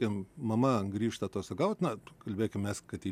ten mama grįžta atostogaut na kalbėkimės kad į